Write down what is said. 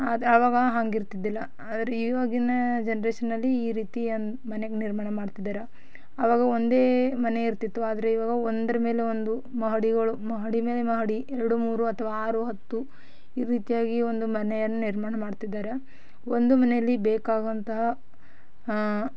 ಅದು ಅವಾಗ ಹಂಗೆ ಇರ್ತಿದ್ದಿಲ್ಲ ಆದ್ರೆ ಇವಾಗಿನ ಜನ್ರೇಶನಲ್ಲಿ ಈ ರೀತಿಯ ಮನೆ ನಿರ್ಮಾಣ ಮಾಡ್ತಿದ್ದಾರ ಅವಾಗ ಒಂದೇ ಮನೆ ಇರ್ತಿತ್ತು ಆದರೆ ಇವಾಗ ಒಂದರ ಮೇಲೆ ಒಂದು ಮಹಡಿಗಳು ಮಹಡಿ ಮೇಲೆ ಮಹಡಿ ಎರಡು ಮೂರು ಅಥ್ವಾ ಆರು ಹತ್ತು ಈ ರೀತಿಯಾಗಿ ಒಂದು ಮನೆಯನ್ನು ನಿರ್ಮಾಣ ಮಾಡ್ತಿದ್ದಾರೆ ಒಂದು ಮನೆಯಲ್ಲಿ ಬೇಕಾಗುವಂತಹ